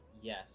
Yes